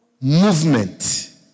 movement